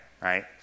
right